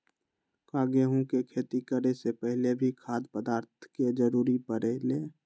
का गेहूं के खेती करे से पहले भी खाद्य पदार्थ के जरूरी परे ले?